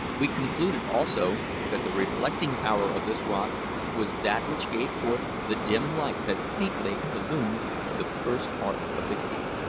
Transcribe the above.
we concluded, also, that the reflecting power of this rock was that which gave forth the dim light that faintly illumined the first part of the cave.